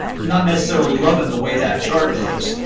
not necessarily love in the way that chart looks,